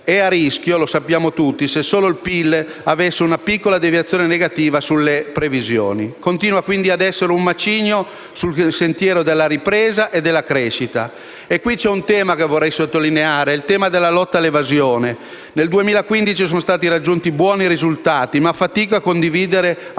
È a rischio - lo sappiamo tutti - se solo il PIL avesse una piccola deviazione negativa sulle previsioni. Continua, quindi, a essere un macigno sul sentiero della ripresa e della crescita. Qui c'è un tema che vorrei sottolineare, la lotta all'evasione. Nel 2015 sono stati raggiunti buoni risultati, ma fatico a condividere alcuni